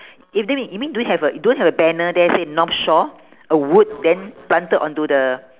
you mean you mean don't have a don't have a banner there say north shore a word then planted onto the